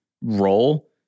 role